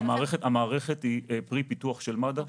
המערכת היא פרי פיתוח של מד"א.